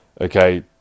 Okay